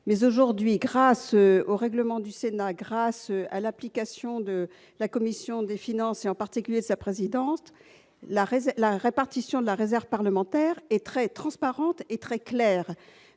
aujourd'hui, grâce au règlement du Sénat et à l'action de la commission des finances, en particulier de sa présidente, la répartition de la réserve parlementaire est transparente et très claire.